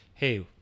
Hey